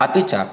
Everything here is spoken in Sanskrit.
अपि च